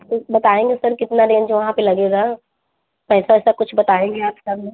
तो बताएँगे सर कितना रेंज वहाँ पर लगेगा पैसा ऐसा कुछ बताएँगे आप